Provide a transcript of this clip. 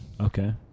Okay